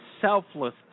selfless